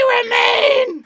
remain